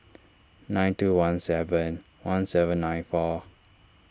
nine two one seven one seven nine four